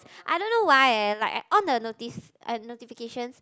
I don't know why eh like I on the notice uh notifications